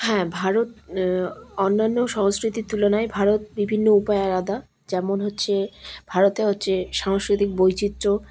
হ্যাঁ ভারত অন্যান্য সংস্কৃতির তুলনায় ভারত বিভিন্ন উপায় আলাদা যেমন হচ্ছে ভারতে হচ্ছে সাংস্কৃতিক বৈচিত্র্য